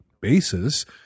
basis